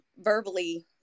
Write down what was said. verbally